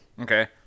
Okay